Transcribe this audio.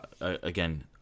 Again